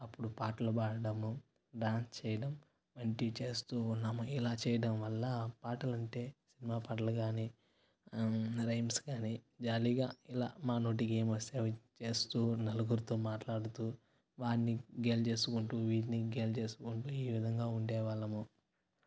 అప్పుడు పాటలు పాడడము డ్యాన్స్ చేయడం వంటివి చేస్తూ ఉన్నాము ఇలా చేయడం వల్ల ఆ పాటలంటే మా పాటలు కానీ రైమ్స్ కానీ జాలిగా అలా మా నోటికి ఏం వస్తే అవి చేస్తూ నలుగురితో మాట్లాడుతూ వాన్ని గేల్ చేసుకుంటూ వీన్ని గేల్ చేసుకుంటూ ఈ విధంగా ఉండే వాళ్ళము